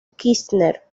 kirchner